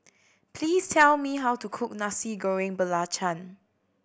please tell me how to cook Nasi Goreng Belacan